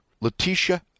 Letitia